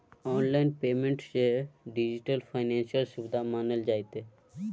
online payment सेहो digital financial सुविधा मानल जेतै